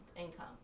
income